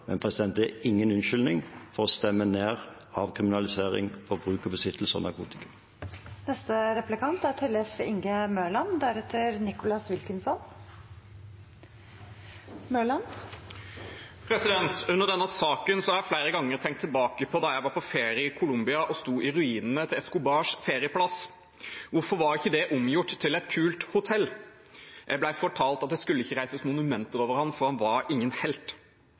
det er ingen unnskyldning for å stemme ned avkriminalisering av bruk og besittelse av narkotika. Under denne saken har jeg flere ganger tenkt tilbake på da jeg var på ferie i Colombia og sto i ruinene til Escobars feriepalass. Hvorfor var ikke det omgjort til et kult hotell? Jeg ble fortalt at det ikke skulle reises monumenter over ham, for han var ingen helt.